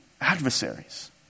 adversaries